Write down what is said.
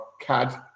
CAD